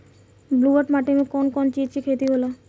ब्लुअट माटी में कौन कौनचीज के खेती होला?